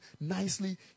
nicely